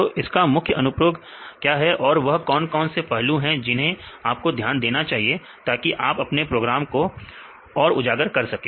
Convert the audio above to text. तो इसका मुख्य अनुप्रयोग क्या है और वह कौन कौन से पहलू है जिन्हें आपको ध्यान देना है ताकि आप अपने प्रोग्राम को और उजागर कर सके